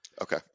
Okay